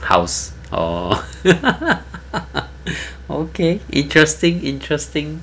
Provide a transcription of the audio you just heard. house orh okay interesting interesting